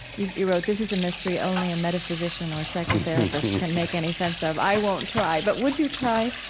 you you wrote, this is a mystery only a metaphysician or psychotherapist can make any sense of. i won't try. but would you try?